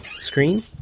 screen